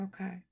Okay